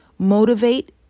motivate